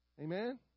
Amen